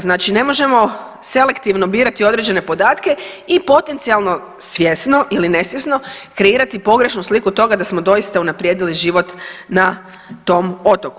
Znači ne možemo selektivno birati određene podatke i potencijalno svjesno ili nesvjesno kreirati pogrešnu sliku toga da smo doista unaprijedili život na tom otoku.